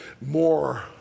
more